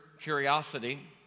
curiosity